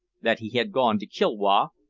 that he had gone to kilwa,